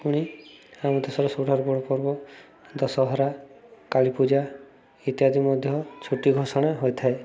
ପୁଣି ଆମ ଦେଶର ସବୁଠାରୁ ବଡ଼ ପର୍ବ ଦଶହରା କାଳୀପୂଜା ଇତ୍ୟାଦି ମଧ୍ୟ ଛୁଟି ଘୋଷଣା ହୋଇଥାଏ